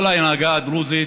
כל ההנהגה הדרוזית,